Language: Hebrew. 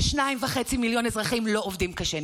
ששניים וחצי מיליון אזרחים לא עובדים קשה.